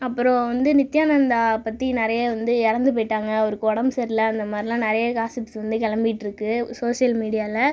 அப்புறம் வந்து நித்யானந்தா பற்ற நிறைய வந்து இறந்து போயிட்டாங்கள் அவருக்கு உடம்பு சரி இல்லை அந்த மாதிரிலாம் நிறைய காசிப்ஸ் வந்து கிளம்பிட்டு இருக்குது சோஷியல் மீடியாவில்